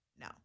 no